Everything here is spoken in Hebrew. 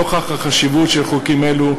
נוכח החשיבות והמורכבות של חוקים אלו,